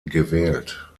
gewählt